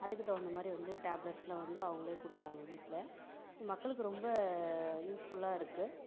அதுக்கு தகுந்த மாதிரி வந்து டேப்லெட்ஸில் வந்து அவங்களே கொடுக்கறாங்க வீட்டில மக்களுக்கு ரொம்ப யூஸ்ஃபுல்லாக இருக்கு